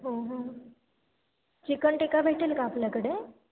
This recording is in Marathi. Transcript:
हो हो चिकन टिक्का भेटेल का आपल्याकडे